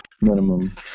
minimum